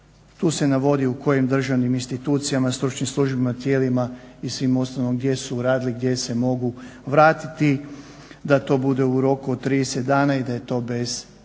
Tu se navodi u kojim državnim institucijama, stručnim službama, tijelima i svim ostalima gdje su radili gdje se mogu vratiti da to bude u roku od 30 dana i da je to bez natječaja.